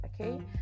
okay